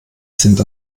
sind